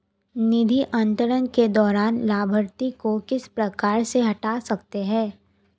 निधि अंतरण के दौरान लाभार्थी को किस प्रकार से हटा सकते हैं?